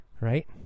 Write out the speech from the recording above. right